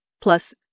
plus